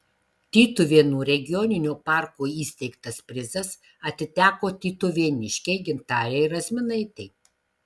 tytuvėnų regioninio parko įsteigtas prizas atiteko tytuvėniškei gintarei razminaitei